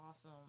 awesome